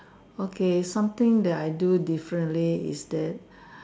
okay something that I do differently is that